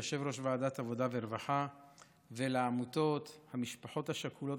ליושב-ראש ועדת העבודה והרווחה ולעמותות המשפחות השכולות,